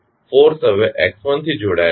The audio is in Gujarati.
તેથી ફોર્સ હવે થી જોડાયેલ છે